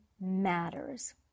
matters